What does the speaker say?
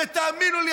ותאמינו לי,